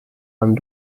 amb